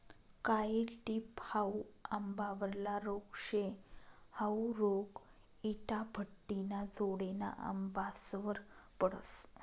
कायी टिप हाउ आंबावरला रोग शे, हाउ रोग इटाभट्टिना जोडेना आंबासवर पडस